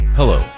Hello